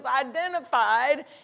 identified